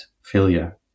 failure